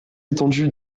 étendues